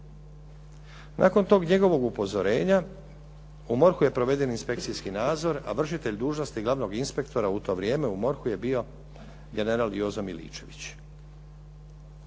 Nakon tog njegovog upozorenja u MORH-u je proveden inspekcijski nadzor, a vršitelj dužnosti glavnog inspektora u to vrijeme u MORH-u je bio general Jozo Miličević.